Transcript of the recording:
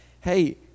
hey